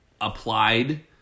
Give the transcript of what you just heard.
applied